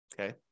Okay